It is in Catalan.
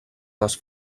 les